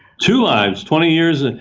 two lives, twenty years.